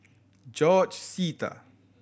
George Sita